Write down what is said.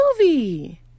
movie